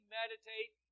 meditate